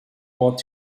bought